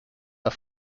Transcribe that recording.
are